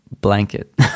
blanket